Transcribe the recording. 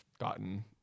gotten